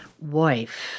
wife